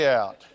out